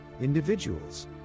individuals